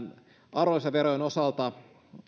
arvonlisäverojen osalta